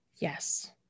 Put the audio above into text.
Yes